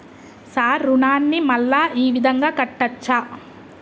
Sir రుణాన్ని మళ్ళా ఈ విధంగా కట్టచ్చా?